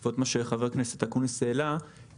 כמו שחבר הכנסת אקוניס העלה,